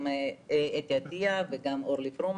אתי עטייה ואורלי פרומן.